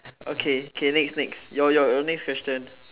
okay K K next next your your your next question